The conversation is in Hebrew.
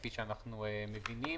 כפי שאנחנו מבינים.